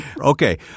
Okay